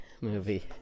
movie